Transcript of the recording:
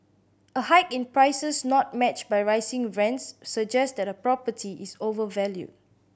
a hike in prices not matched by rising rents suggest that a property is overvalued